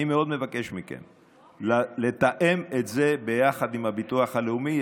אני מאוד מבקש מכם לתאם את זה ביחד עם הביטוח הלאומי.